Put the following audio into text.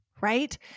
right